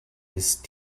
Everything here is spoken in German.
ist